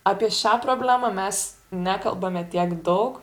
apie šią problemą mes nekalbame tiek daug